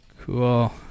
Cool